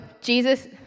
Jesus